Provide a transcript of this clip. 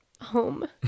home